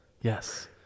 Yes